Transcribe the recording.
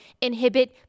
inhibit